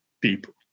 people